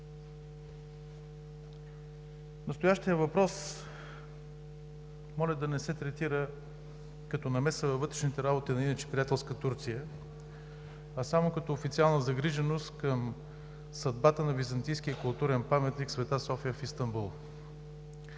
Настоящият въпрос да не се третира като намеса във вътрешните работи на иначе приятелска Турция, а само като официална загриженост към съдбата на византийския културен паметник „Св. София“ в Истанбул.